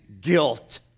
guilt